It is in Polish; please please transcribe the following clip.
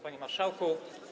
Panie Marszałku!